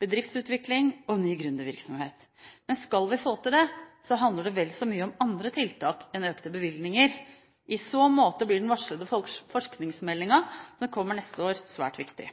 bedriftsutvikling og ny gründervirksomhet. Skal vi få til det, handler det vel så mye om andre tiltak enn om økte bevilgninger. I så måte blir den varslede forskningsmeldingen som kommer neste år, svært viktig.